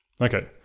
Okay